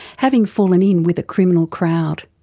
having fallen in with a criminal crowd.